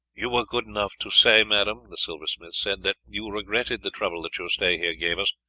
you were good enough to say, madame, the silversmith said, that you regretted the trouble that your stay here gave us.